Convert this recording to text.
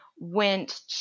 went